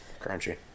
Crunchy